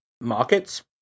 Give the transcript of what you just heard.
markets